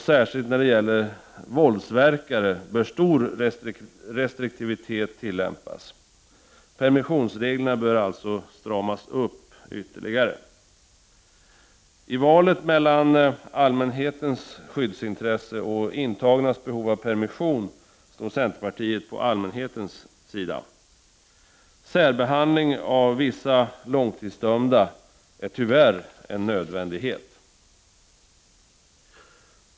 Särskilt när det gäller våldsverkare bör stor restriktivitet tillämpas. Permissionsreglerna bör alltså stramas upp ytterligare. I valet mellan allmänhetens skyddsintresse och intagnas behov av permission står centerpartiet på allmänhetens sida. Särbehandling av vissa långtidsdömda är tyvärr en nödvändighet.